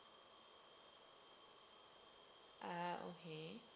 ah okay